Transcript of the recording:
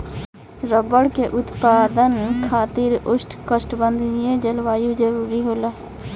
rubber के उत्पादन खातिर उष्णकटिबंधीय जलवायु जरुरी होला